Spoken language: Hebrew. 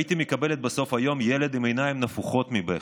הייתי מקבלת בסוף היום ילד עם עיניים נפוחות מבכי.